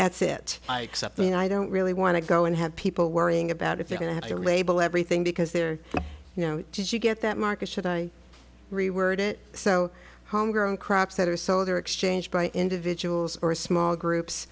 that's it except you know i don't really want to go and have people worrying about if they're going to have to label everything because they're you know just to get that market should i reword it so homegrown crops that are sold or exchanged by individuals or small groups